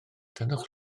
tynnwch